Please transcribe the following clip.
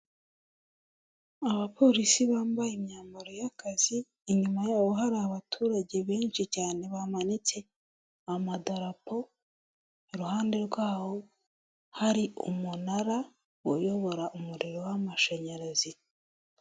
Abapolisi bambaye imyambaro y'akazi inyuma ya hari abaturage benshi cyane bamanitse amadarapo, iruhande rwaho hari umunara uyobora umuriro w'amashanyarazi.